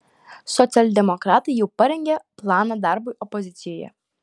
socialdemokratai jau parengė planą darbui opozicijoje